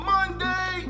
Monday